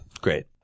Great